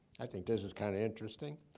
i think this is kind of interesting.